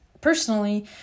personally